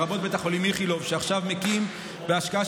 בית החולים איכילוב עכשיו מקים בהשקעה